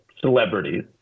celebrities